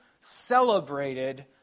celebrated